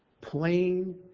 plain